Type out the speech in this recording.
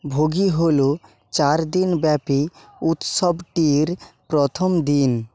ভোগী হল চার দিন ব্যাপী উৎসবটির প্রথম দিন